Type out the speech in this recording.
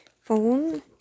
phone